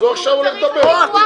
עכשיו הוא הולך לדבר.